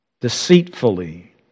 deceitfully